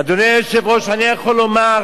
אדוני היושב-ראש, אני יכול לומר